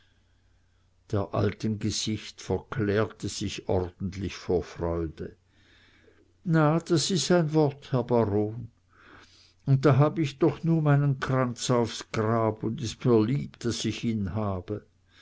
der alten gesicht verklärte sich ordentlich vor freude na das is ein wort herr baron un da hab ich doch nu meinen kranz aufs grab und is mir lieb daß ich ihn habe